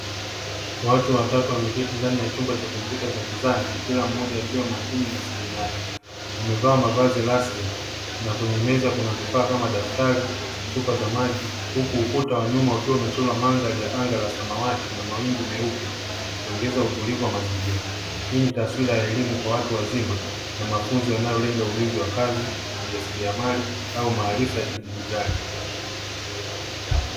Watu watatu wameketi ndani ya chumba cha kompyuta za gizani, kila mmoja akiwa makini na skrini yake wamevaa mavazi rasmi Huku ukuta wa nyuma wakiwa wamechelewa mandhari ya anga na samawati na mawingu meupe ikiongeza utulivu wa mazingira. Hii ni taswira ya elimu kwa watu wazima na mafunzo yanayolenga ujuzi wa kazi. Ujasiriamali ambao maarifa ya kidijitali.